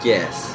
Yes